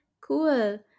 Cool